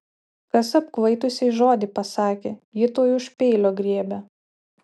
kas apkvaitusiai žodį pasakė ji tuoj už peilio griebia